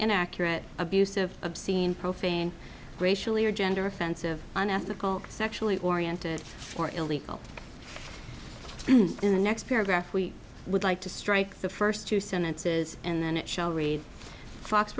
inaccurate abusive obscene profane racially or gender offensive unethical sexually oriented or illegal in the next paragraph we would like to strike the first two sentences and then show read